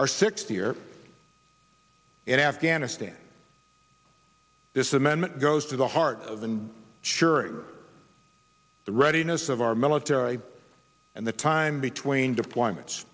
our sixth year in afghanistan this amendment goes to the heart of been sure the readiness of our military and the time between deployments